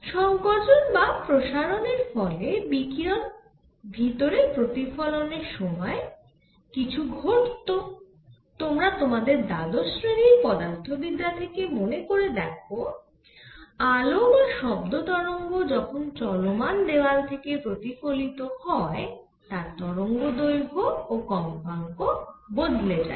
সংকোচন বা প্রসারনের ফলে বিকিরণ ভিতরে প্রতিফলনের সময় কিছু ঘটত তোমরা তোমাদের দ্বাদশ শ্রেণির পদার্থবিদ্যা থেকে মনে করে দেখো আলো বা শব্দ তরঙ্গ যখন চলমান দেওয়াল থেকে প্রতিফলিত হয় তার তরঙ্গদৈর্ঘ্য ও কম্পাঙ্ক বদলে যায়